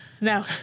No